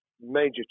major